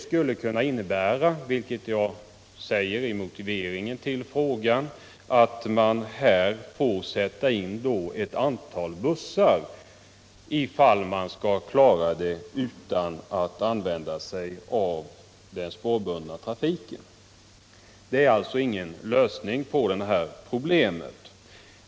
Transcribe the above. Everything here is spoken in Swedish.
Som jag säger i motiveringen till frågan får man sätta in ett antal bussar ifall man skall klara sig utan den spårbundna trafiken. Detta är alltså ingen lösning på de här problemen.